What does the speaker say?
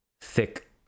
thick